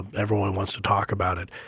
everyone wants to talk about it.